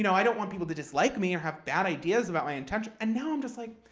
you know i don't want people to dislike me or have bad ideas about my intention. and now i'm just like,